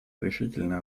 решительно